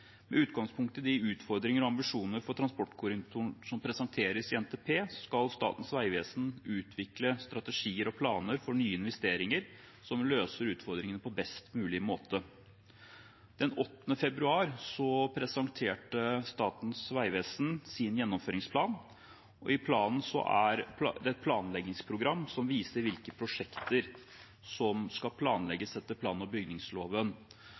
Med utgangspunkt i de utfordringer og ambisjoner for transportkorridoren som presenteres i NTP, skal Statens vegvesen utvikle strategier og planer for nye investeringer som løser utfordringene på best mulig måte. Den 8. februar presenterte Statens vegvesen sin gjennomføringsplan. I planen er det et planleggingsprogram som viser hvilke prosjekter som skal planlegges etter plan- og bygningsloven.